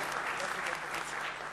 איטליה ויושב-ראש הכנסת.) (מחיאות כפיים)